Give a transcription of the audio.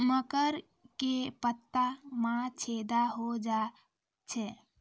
मकर के पत्ता मां छेदा हो जाए छै?